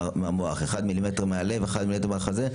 אחד מילימטר מהחזה,